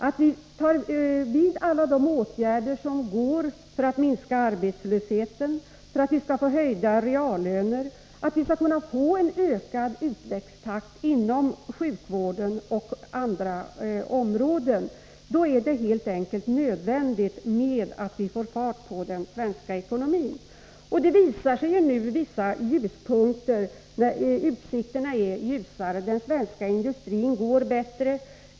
Vi måste vidta alla tänkbara åtgärder för att minska arbetslösheten och skapa höjda reallöner. Vi måste få en ökad tillväxttakt inom sjukvården och på andra områden. Då är det helt enkelt nödvändigt att få fart på den svenska ekonomin. Utsikterna är nu ljusare. Den svenska industrin går bättre.